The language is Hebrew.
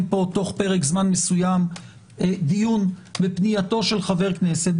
פה תוך פרק זמן מסוים דיון בפנייתו של חבר כנסת.